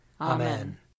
Amen